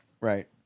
right